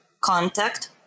contact